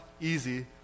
easy